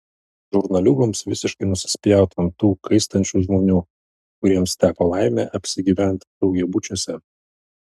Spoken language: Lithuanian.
žurnaliūgoms visiškai nusispjaut ant tų kaistančių žmonių kuriems teko laimė apsigyvent daugiabučiuose